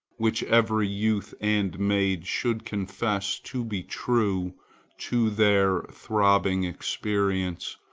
which every youth and maid should confess to be true to their throbbing experience,